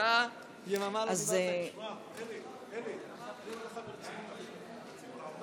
הלאומי לצמצום התפשטות נגיף הקורונה (הוראת